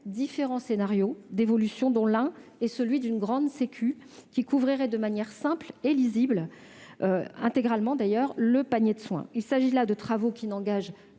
différents scénarios d'évolution, dont l'un d'entre eux consiste à créer une grande « Sécu », qui couvrirait de manière simple et lisible, intégralement d'ailleurs, le panier de soins. Il s'agit là de travaux qui n'engagent